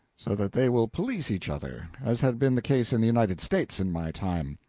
so that they will police each other, as had been the case in the united states in my time.